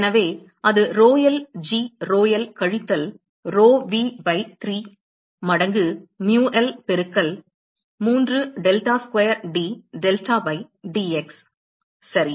எனவே அது rho l g rho l கழித்தல் rho v பை 3 மடங்கு mu l பெருக்கல் 3 delta square d delta by dx சரி